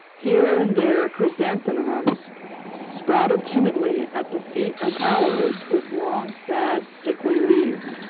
here and there chrysanthemums sprouted timidly at the feet of aloes with long, sad, sickly leaves.